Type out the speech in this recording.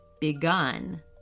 begun